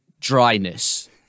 dryness